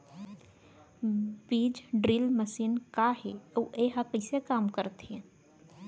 बीज drill machine का हे अऊ एहा कइसे काम करथे?